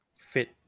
fit